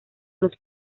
los